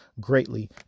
greatly